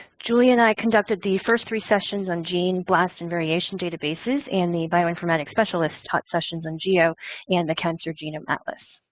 julie and i conducted the first three sessions on gene, blast and variation databases, and the bioinformatics specialist taught sessions on geo and the cancer genome atlas.